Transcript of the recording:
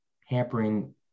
hampering